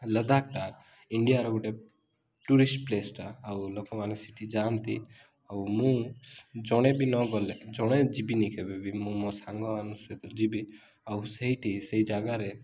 ଲଦାଖଟା ଇଣ୍ଡିଆର ଗୋଟେ ଟୁରିଷ୍ଟ୍ ପ୍ଲେସ୍ଟା ଆଉ ଲୋକମାନେ ସେଇଠି ଯାଆନ୍ତି ଆଉ ମୁଁ ଜଣେ ବି ନଗଲେ ଜଣେ ଯିବିନି କେବେ ବି ମୁଁ ମୋ ସାଙ୍ଗମାନଙ୍କ ସହିତ ଯିବି ଆଉ ସେଇଠି ସେଇ ଜାଗାରେ